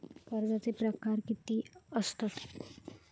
कर्जाचे प्रकार कीती असतत?